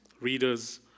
Readers